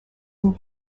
and